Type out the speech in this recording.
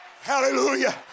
hallelujah